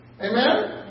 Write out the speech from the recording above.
Amen